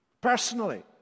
Personally